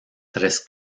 tres